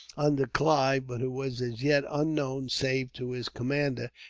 under clive, but who was as yet unknown save to his commander,